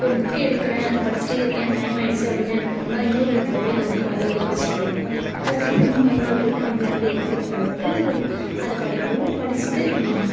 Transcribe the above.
ஒரு புக் எடுக்கிறேன் அதை படிச்சுகிட்டே இருக்கேன் டைம் ஆகிடிச்சி அப்படின்னா என்ன பண்ணுவோன்னா இன்னொரு இடத்துல போய் அந்த புக்கை வந்து ஒளிக்கி வச்சிட்டு போய்டுவோம் அதுக்கப்பறமாக மறுநாள் போய்ட்டு அங்கிருந்து எடுத்துகிட்டு வந்துட்டு அதை படிப்போம் படிச்சிட்டு